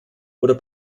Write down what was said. oder